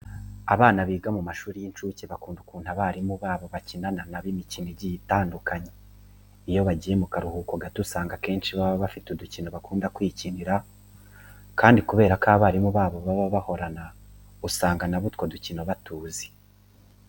Abana biga mu mashuri y'incuke bakunda ukuntu abarimu babo bakinana na bo imikino igiye itandukanye. Iyo bagiye mu karuhuko gato usanga akenshi baba bafite udukino bakunda kwikinira kandi kubera ko abarimu babo baba bahorana usanga na bo utwo dukino batuzi.